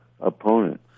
opponent